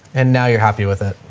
and now you're happy with it.